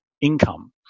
income